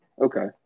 Okay